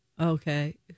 okay